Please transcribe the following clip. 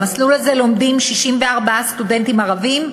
במסלול הזה לומדים 64 סטודנטים ערבים,